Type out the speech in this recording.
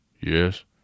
Yes